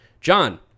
John